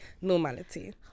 Normality